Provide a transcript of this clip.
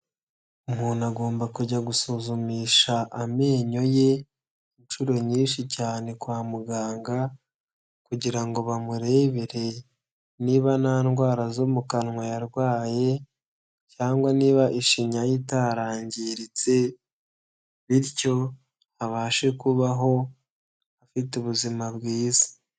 Umuntu agomba kujya gusuzumisha amenyo ye inshuro nyinshi cyane kwa muganga kugirango ngo bamurebere niba nta ndwara zo mu kanwa yarwaye cyangwa niba ishinya ye itarangiritse bityo abashe kubaho afite ubuzima bwiza.